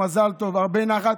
והרבה נחת.